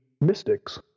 mystics